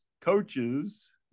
coaches